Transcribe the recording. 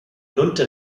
lunte